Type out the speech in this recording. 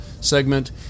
segment